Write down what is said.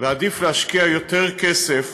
ועדיף להשקיע יותר כסף